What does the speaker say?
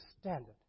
standard